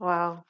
Wow